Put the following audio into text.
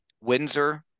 Windsor